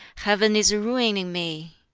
heaven is ruining me!